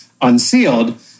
unsealed